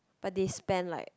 but they spend like